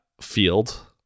field